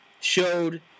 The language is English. showed